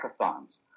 hackathons